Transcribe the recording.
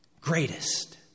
Greatest